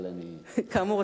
כאמור,